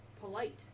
polite